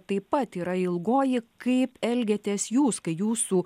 taip pat yra ilgoji kaip elgiatės jūs kai jūsų